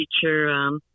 feature